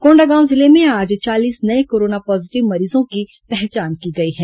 कोंडागांव जिले में आज चालीस नये कोरोना पॉजीटिव मरीजों की पहचान की गई है